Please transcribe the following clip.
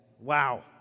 Wow